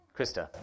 Krista